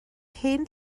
hen